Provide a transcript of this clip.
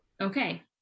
Okay